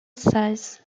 size